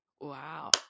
Wow